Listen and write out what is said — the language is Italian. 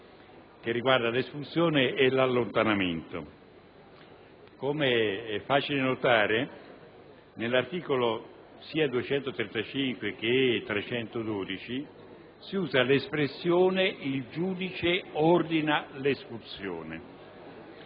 che riguardano l'espulsione e l'allontanamento. Come è facile notare, sia nell'articolo 235 che nell'articolo 312 si usa l'espressione «il giudice ordina l'espulsione»,